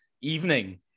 evening